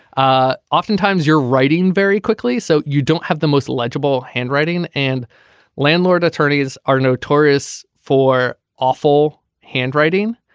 ah oftentimes you're writing very quickly so you don't have the most illegible handwriting and landlord attorneys are notorious for awful handwriting.